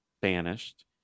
banished